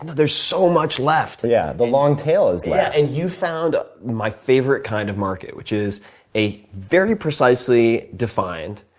there's so much left. yeah, the long tail is left. yeah, and you found my favorite kind of market, which is a very precisely defined,